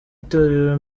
itorero